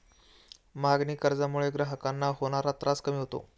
मागणी कर्जामुळे ग्राहकांना होणारा त्रास कमी होतो